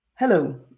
Hello